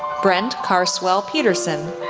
brent carswell peterson,